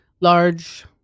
large